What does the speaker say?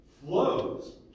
flows